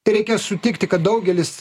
tereikia sutikti kad daugelis